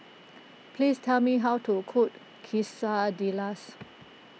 please tell me how to cook Quesadillas